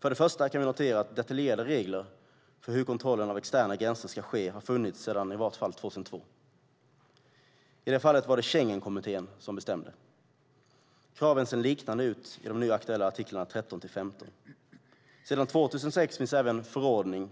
Först och främst kan vi notera att detaljerade regler för hur kontrollen av externa gränser ska ske har funnits sedan i vart fall 2002. I det fallet var det Schengenkommittén som bestämde. Kraven ser liknande ut i de nu aktuella artiklarna 13-15. Sedan 2006 finns det även en förordning